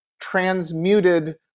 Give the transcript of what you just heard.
transmuted